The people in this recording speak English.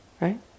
right